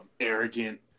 arrogant